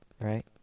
Right